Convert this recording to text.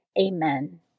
Amen